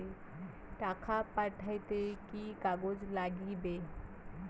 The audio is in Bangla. টাকা পাঠাইতে কি কাগজ নাগীবে?